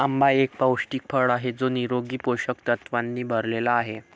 आंबा एक पौष्टिक फळ आहे जो निरोगी पोषक तत्वांनी भरलेला आहे